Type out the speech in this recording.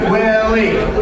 Willie